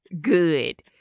good